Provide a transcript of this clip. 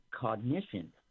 cognition